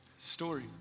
story